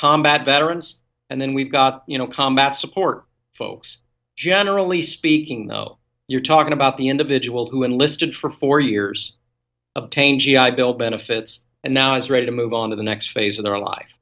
combat veterans and then we've got you know combat support folks generally speaking though you're talking about the individual who enlisted for four years obtain g i bill benefits and now is ready to move on to the next phase of their life